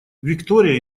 виктория